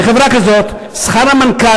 שכר המנכ"ל,